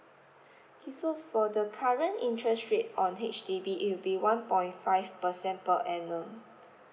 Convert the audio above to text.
okay so for the current interest rate on H_D_B it will be one point five percent per annum